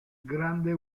grande